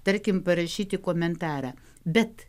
tarkim parašyti komentarą bet